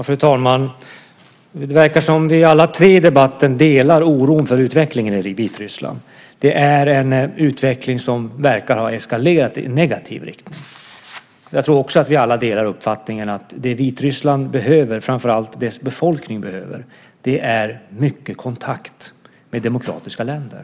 Fru talman! Det verkar som om vi alla tre i debatten delar oron för utvecklingen i Vitryssland. Det är en utveckling som verkar ha eskalerat i negativ riktning. Jag tror också att vi alla delar uppfattningen att det Vitryssland och framför allt dess befolkning behöver är mycket kontakt med demokratiska länder.